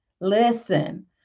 listen